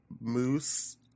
moose